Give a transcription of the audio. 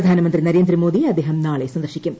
പ്രധാനമന്ത്രി നരേന്ദ്രമോദിയെ അദ്ദേഹം നാളെ സന്ദർശിക്കും